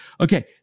Okay